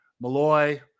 Malloy